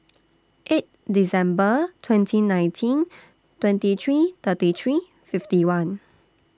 eight December twenty nineteen twenty three thirty three fifty one